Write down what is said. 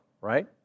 right